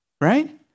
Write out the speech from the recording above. right